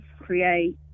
create